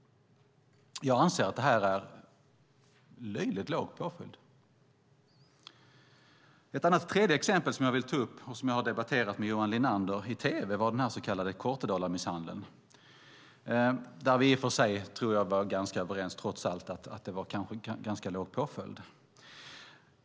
Jag anser att detta är en löjligt låg påföljd. Ett tredje exempel som jag vill ta upp och som jag har debatterat med Johan Linander i tv är den så kallade Kortedalamisshandeln. Där tror jag att vi trots allt var ganska överens om att det var en ganska låg påföljd.